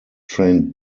trained